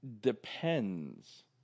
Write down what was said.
depends